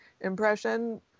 impression